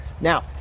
Now